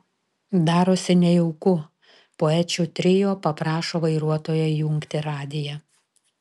darosi nejauku poečių trio paprašo vairuotojo įjungti radiją